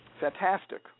fantastic